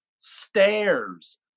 stairs